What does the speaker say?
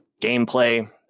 gameplay